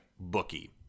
Bookie